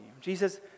Jesus